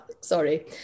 sorry